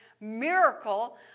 miracle